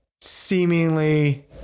seemingly